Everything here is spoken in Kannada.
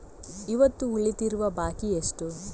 ಇವತ್ತು ಉಳಿದಿರುವ ಬಾಕಿ ಎಷ್ಟು?